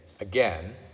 again